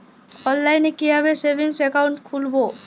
অনলাইনে কিভাবে savings account খুলবো?